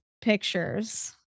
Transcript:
pictures